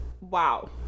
wow